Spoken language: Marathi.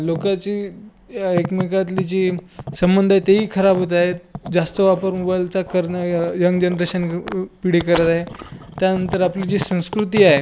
लोकाचे एकमेकातले जे संबंध आहे तेही खराब होत आहेत जास्त वापर मोबाईलचा करणं हे यंग जनरेशन पिढी करत आहे त्यानंतर आपली जी संस्कृती आहे